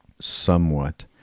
somewhat